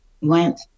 Went